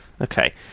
Okay